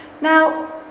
Now